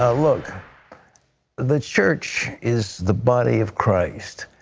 ah look the church is the body of christ.